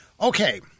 Okay